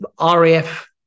raf